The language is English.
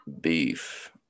beef